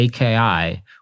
AKI